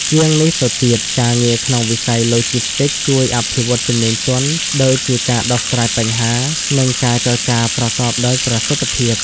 ជាងនេះទៅទៀត ការងារក្នុងវិស័យឡូជីស្ទីកជួយអភិវឌ្ឍជំនាញទន់ ដូចជាការដោះស្រាយបញ្ហា និងការចរចាប្រកបដោយប្រសិទ្ធភាព។